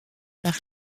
par